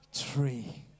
tree